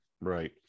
right